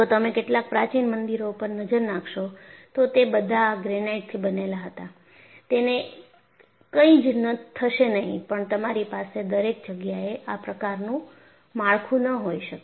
જો તમે કેટલાક પ્રાચીન મંદિરો પર નજર નાખશો તો તે બધા ગ્રેનાઈટથી બનેલા હતા તેને કંઈ જ થશે નહીંપણ તમારી પાસે દરેક જગ્યાએ આ પ્રકારનું માળખું ન હોઈ શકે